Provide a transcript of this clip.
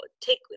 take